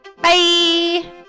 Bye